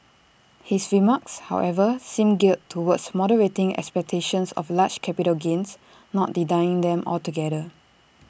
his remarks however seem geared towards moderating expectations of large capital gains not denying them altogether